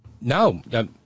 No